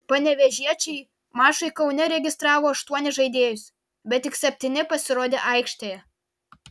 panevėžiečiai mačui kaune registravo aštuonis žaidėjus bet tik septyni pasirodė aikštėje